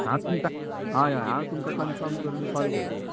हांव तुमकां हय हय हांव तुमकां कनफम करुन कॉल करतां